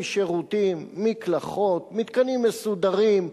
עם שירותים, מקלחות, מתקנים מסודרים.